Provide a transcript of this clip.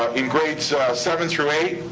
ah in grades seven through eight,